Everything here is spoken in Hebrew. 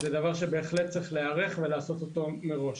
זה דבר שבהחלט צריך להיערך אליו ולעשות אותו מראש.